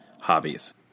hobbies